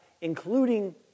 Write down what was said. including